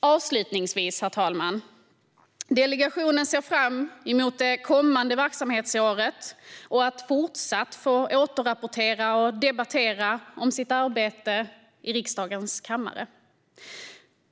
Avslutningsvis, herr talman, ser delegationen fram emot det kommande verksamhetsåret och att fortsatt få återrapportera och debattera om sitt arbete i riksdagens kammare.